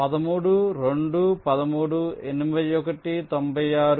13 2 13 8196 92